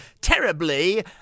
terribly